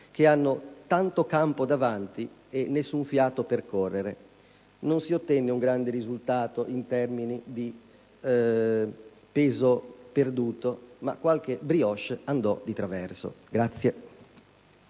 che hanno tanto campo davanti e nessun fiato per correre. Non si ottenne un grande risultato in termini di peso perduto, ma qualche *brioche* andò di traverso.